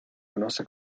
conoce